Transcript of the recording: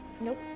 Nope